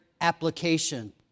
application